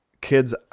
kids